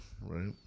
right